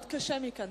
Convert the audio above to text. מאוד קשה מכאן.